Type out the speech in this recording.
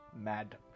mad